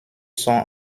sont